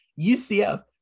UCF